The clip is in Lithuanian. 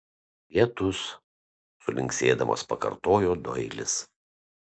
lietus sulinksėdamas pakartojo doilis